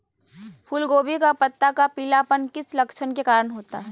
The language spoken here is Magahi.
फूलगोभी का पत्ता का पीलापन किस लक्षण के कारण होता है?